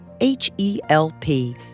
H-E-L-P